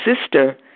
sister